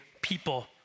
people